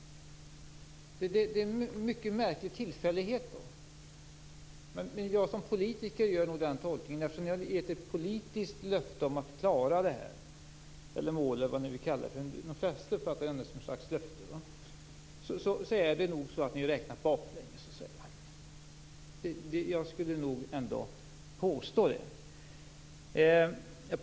Det här är alltså en mycket märklig tillfällighet. Jag som politiker gör nog den tolkningen. Ni har ju avgett ett politiskt löfte om att klara det här - ja, löfte eller mål, eller vad ni nu vill kalla det för; de flesta uppfattar detta som ett slags löfte - men ni har nog räknat baklänges. Jag skulle nog vilja påstå det.